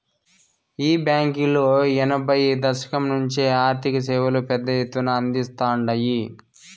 ఈ బాంకీలు ఎనభైయ్యో దశకం నుంచే ఆర్థిక సేవలు పెద్ద ఎత్తున అందిస్తాండాయి